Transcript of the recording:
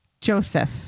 Joseph